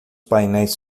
painéis